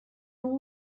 all